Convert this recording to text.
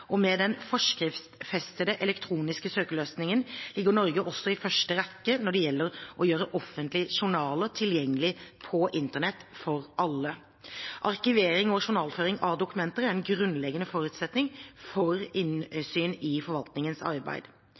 og med den forskriftsfestede elektroniske søkeløsningen ligger Norge også i første rekke når det gjelder å gjøre offentlige journaler tilgjengelig på internett for alle. Arkivering og journalføring av dokumenter er en grunnleggende forutsetning for innsyn i forvaltningens arbeid.